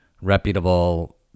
reputable